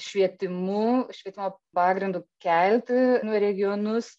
švietimu švietimo pagrindu kelti nu regionus